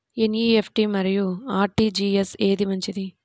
NEFT మరియు RTGS ఏది మంచిది?